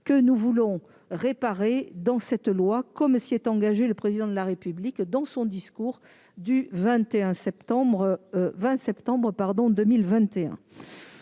que nous voulons réparer avec ce projet de loi, comme s'y est engagé le Président de la République dans son discours du 20 septembre 2021.